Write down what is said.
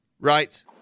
Right